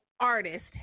artist